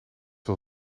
wil